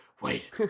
Wait